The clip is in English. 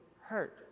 hurt